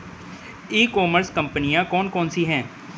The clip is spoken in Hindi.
ई कॉमर्स कंपनियाँ कौन कौन सी हैं?